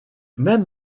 même